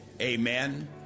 Amen